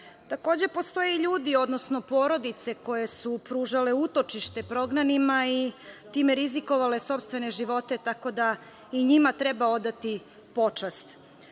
postoje ljudi, odnosno porodice koje su pružale utočište prognanima i time rizikovale sopstvene živote, tako da i njima treba odati počast. Progon